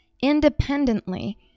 independently